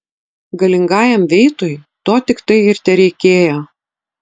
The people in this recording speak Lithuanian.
galingajam veitui to tiktai ir tereikėjo